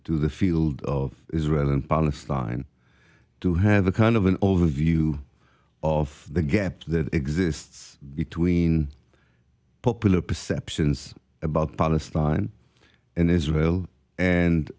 to the field of israel and palestine to have a kind of an overview of the gap that exists between popular perceptions about palestine and israel and